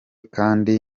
kandi